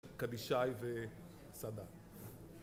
קדישאי וסדא